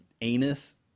anus